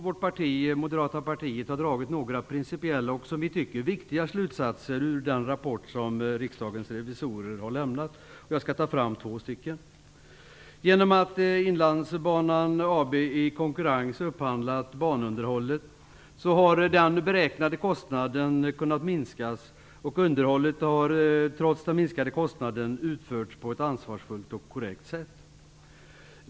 Vi inom moderaterna har dragit några som vi tycker viktiga slutsatser av den rapport som riksdagens revisorer har lämnat. Jag skall redovisa två. Genom att Inlandsbanan AB i konkurrens upphandlat banunderhållet har den beräknade kostnaden kunnat minskas och underhållet har trots den minskade kostnaden utförts på ett ansvarsfullt och korrekt sätt.